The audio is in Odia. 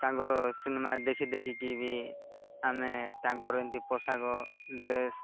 ତାଙ୍କର ସିନେମା ଦେଖି ଦେଖିକି ବି ଆମେ ତାଙ୍କର ଏମିତି ପୋଷାକ ଡ୍ରେସ୍